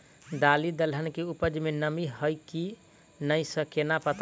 दालि दलहन केँ उपज मे नमी हय की नै सँ केना पत्ता कड़ी?